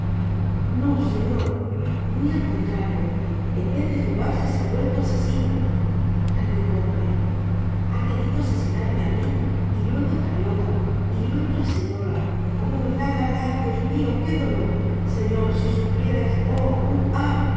no señor muy al contrario en vez de fugarse se ha vuelto asesino replicó noé ha querido asesinarme ámi y luego á carlota y luego á la señora oh la la la la dios mio que dolor señor si supierais